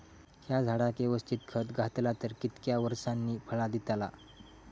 हया झाडाक यवस्तित खत घातला तर कितक्या वरसांनी फळा दीताला?